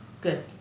Good